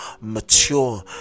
mature